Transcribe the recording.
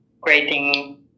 Creating